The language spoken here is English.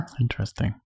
Interesting